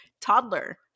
toddler